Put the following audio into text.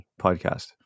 Podcast